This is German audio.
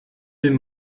den